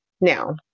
Now